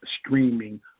streaming